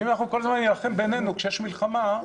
ואם אנחנו כל הזמן נילחם בינינו כשיש מלחמה,